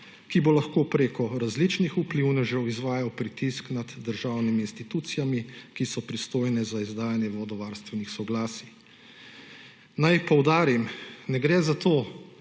ki bo lahko preko različnih vplivnežev izvajal pritisk na državnimi institucijami, ki so pristojne za izdajanje vodovarstvenih soglasij. Naj poudarim, ne gre za to,